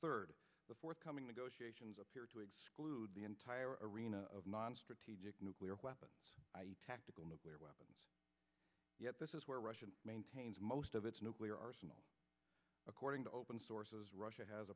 third the forthcoming negotiations appear to exclude the entire arena of non strategic nuclear weapons tactical nuclear weapons yet this is where russian maintains most of its nuclear arsenal according to open sources russia has